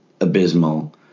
abysmal